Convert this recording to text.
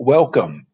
Welcome